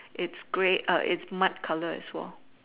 it's grey err it's mud color as well